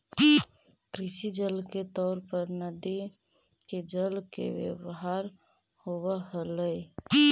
कृषि जल के तौर पर नदि के जल के व्यवहार होव हलई